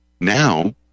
Now